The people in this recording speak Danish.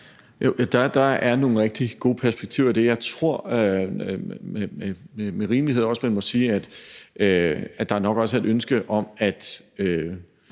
Der er nogle rigtig gode perspektiver i det. Jeg tror, at man med rimelighed også må sige, at der nok også er et ønske om at